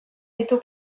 ditu